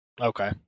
Okay